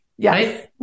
Yes